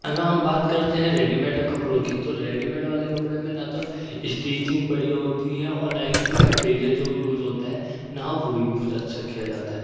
اگر ہم بات کرتے ہیں ریڈی میڈ کپروں کی تو ریڈی میڈ کپڑے والے میں نہ تو اسٹیچنگ بڑھیا ہوتی ہیں اور نہ ہی اس میں مٹیریل جو یوز ہوتا ہے نہ وہ یوز اچھا کیا جاتا ہے